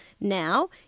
now